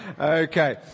Okay